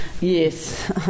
Yes